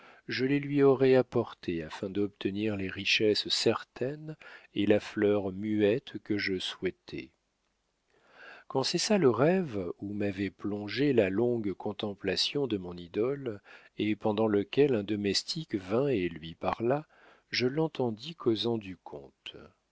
je les lui aurais apportées afin d'obtenir les richesses certaines et la fleur muette que je souhaitais quand cessa le rêve où m'avait plongé la longue contemplation de mon idole et pendant lequel un domestique vint et lui parla je l'entendis causant du comte